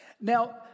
now